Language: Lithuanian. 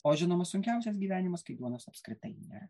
o žinoma sunkiausias gyvenimas kai duonos apskritai nėra